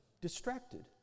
Distracted